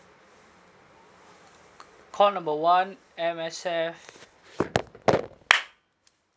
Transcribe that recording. call number one M_S_F